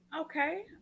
Okay